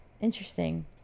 Interesting